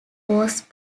was